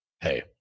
hey